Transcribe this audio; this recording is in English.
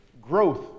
growth